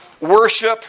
worship